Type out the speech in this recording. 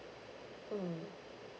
mm